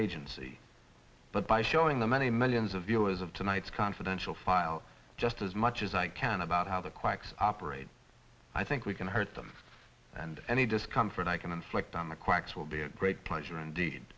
agency but by showing the many millions of dollars of tonight's confidential files just as much as i can about how the quacks operate i think we can hurt them and any discomfort i can inflict on the quacks will be a great pleasure indeed